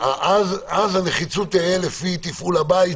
אז הנחיצות תהיה לפי תפעול הבית